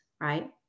right